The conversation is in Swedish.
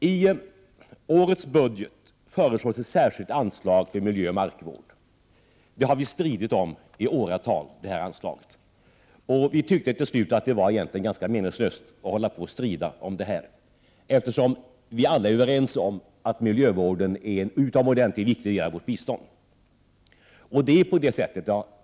I årets budget föreslås ett särskilt anslag till miljöoch markvård. Det anslaget har vi stridit om i åratal. Till slut tyckte vi att det var ganska meningslöst att hålla på och strida om det, eftersom vi alla är överens om att miljövården är en utomordentligt viktig del av vårt svenska bistånd.